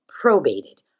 probated